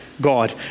God